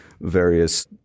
Various